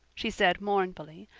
she said mournfully,